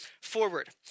forward